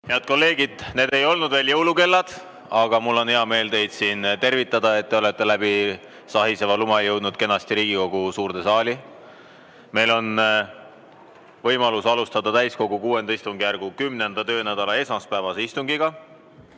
Head kolleegid! Need ei olnud veel jõulukellad, aga mul on hea meel teid siin tervitada, et te olete läbi sahiseva lume jõudnud kenasti Riigikogu suurde saali. Meil on võimalus alustada täiskogu VI istungjärgu 10. töönädala esmaspäevast istungit.